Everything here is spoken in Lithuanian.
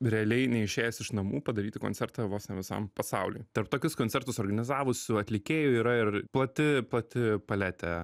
realiai neišėjęs iš namų padaryti koncertą vos ne visam pasauliui tarp tokius koncertus organizavusių atlikėjų yra ir plati plati paletė